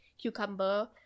cucumber